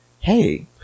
hey